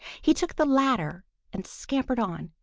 he took the latter and scampered on,